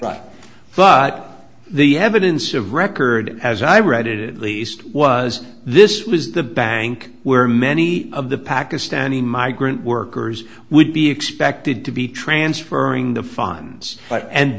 but but the evidence of record as i read it at least was this was the bank where many of the pakistani migrant workers would be expected to be transferring the funds